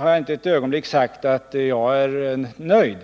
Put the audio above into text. har jag inte på något sätt velat säga att jag är nöjd.